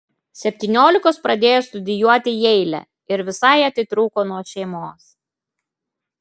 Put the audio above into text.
septyniolikos pradėjo studijuoti jeile ir visai atitrūko nuo šeimos